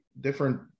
different